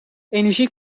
energie